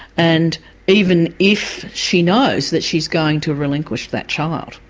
and even if she knows that she's going to relinquish that child,